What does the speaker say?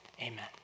Amen